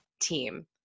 team